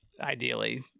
ideally